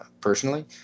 personally